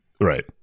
right